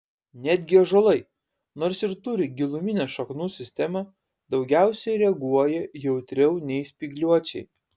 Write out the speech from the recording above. netgi ąžuolai nors ir turi giluminę šaknų sistemą daugiausiai reaguoja jautriau nei spygliuočiai